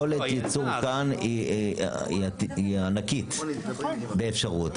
הייצור כאן היא ענקית באפשרות,